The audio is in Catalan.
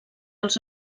els